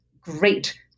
great